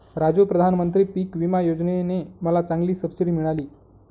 राजू प्रधानमंत्री पिक विमा योजने ने मला चांगली सबसिडी मिळाली